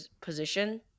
position